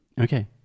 Okay